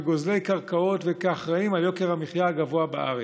כגוזלי קרקעות וכאחראים ליוקר המחיה הגבוה בארץ,